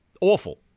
awful